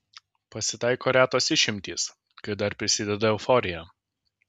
pasitaiko retos išimtys kai dar prisideda euforija